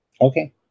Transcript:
Okay